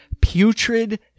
putrid